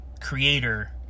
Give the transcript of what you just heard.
Creator